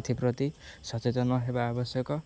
ଏଥିପ୍ରତି ସଚେତନ ହେବା ଆବଶ୍ୟକ